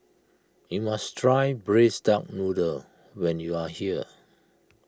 you must try Braised Duck Noodle when you are here